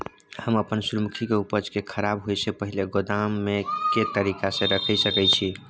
हम अपन सूर्यमुखी के उपज के खराब होयसे पहिले गोदाम में के तरीका से रयख सके छी?